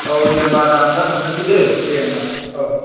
औ दे होम्बा आदा आं दा थांनोसै दे होम्बा औ